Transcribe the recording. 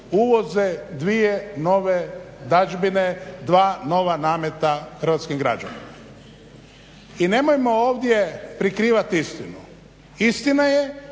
dvije dadžbine, dva nova nameta hrvatskim građanima. I nemojmo ovdje prikrivati istinu. Istina je